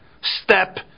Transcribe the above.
step